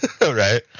Right